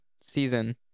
season